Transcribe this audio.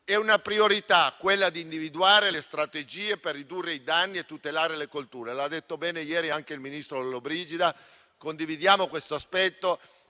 una priorità quella di individuare le strategie per ridurre i danni e tutelare le colture. L'ha detto bene ieri anche il ministro Lollobrigida e lo condividiamo, perché